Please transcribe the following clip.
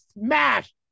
smash